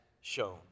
shown